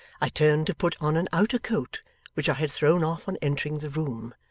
i turned to put on an outer coat which i had thrown off on entering the room,